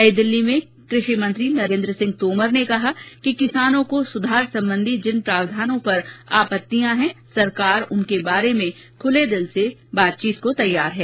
नई दिल्ली में कृषि मंत्री नरेन्द्र सिंह तोमर ने कहा कि किसानों को सुधार संबंधी जिन प्रावधानों पर आपत्तियां हैं सरकार उनके बारे में खूले दिल से बातचीत को तैयार है